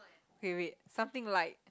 okay wait something like